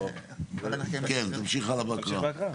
תמשיך הלאה בהקראה.